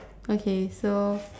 okay so